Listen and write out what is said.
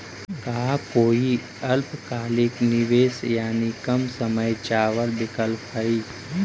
का कोई अल्पकालिक निवेश यानी कम समय चावल विकल्प हई?